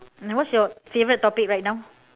what's your favorite topic write down